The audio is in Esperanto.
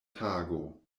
tago